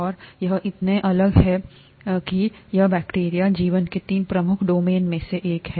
और यह इतना अलग है और इतना बड़ा है कि यह बैक्टीरिया है जीवन के तीन प्रमुख डोमेन में से एक है